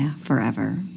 forever